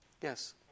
Yes